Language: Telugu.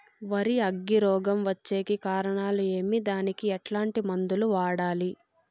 వరి అగ్గి రోగం వచ్చేకి కారణాలు ఏమి దానికి ఎట్లాంటి మందులు వాడాలి?